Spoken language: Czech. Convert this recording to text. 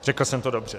Řekl jsem to dobře.